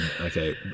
Okay